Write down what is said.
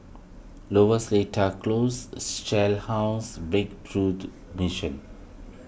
Lower Seletar Close Shell House Breakthrough Mission